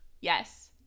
Yes